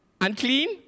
unclean